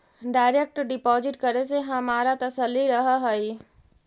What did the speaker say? direct deposit करे से हमारा तसल्ली रहअ हई